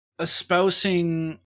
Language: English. espousing